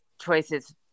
choices